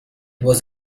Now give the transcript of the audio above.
was